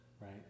Right